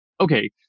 okay